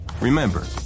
Remember